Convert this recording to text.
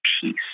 peace